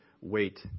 weight